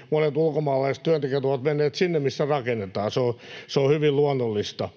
niin monet ulkomaalaiset työntekijät ovat menneet sinne, missä rakennetaan. Se on hyvin luonnollista.